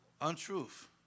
Untruth